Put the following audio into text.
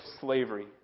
slavery